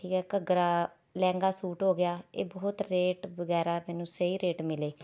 ਠੀਕ ਹੈ ਘੱਗਰਾ ਲਹਿੰਗਾ ਸੂਟ ਹੋ ਗਿਆ ਇਹ ਬਹੁਤ ਰੇਟ ਵਗੈਰਾ ਮੈਨੂੰ ਸਹੀ ਰੇਟ ਮਿਲੇ